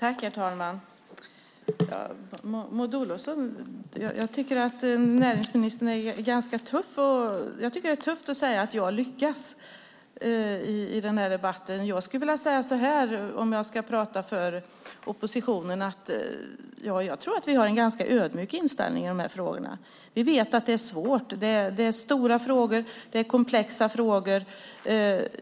Herr talman! Jag tycker att näringsministern är ganska tuff. Det är tufft att säga: Jag lyckas. Om jag ska prata för oppositionen tror jag att vi har en ganska ödmjuk inställning i de här frågorna. Vi vet att det är svårt. Det är stora frågor. Det är komplexa frågor.